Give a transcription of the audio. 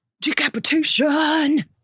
Decapitation